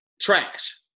trash